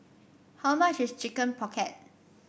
how much is Chicken Pocket